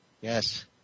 Yes